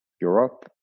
europe